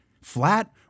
flat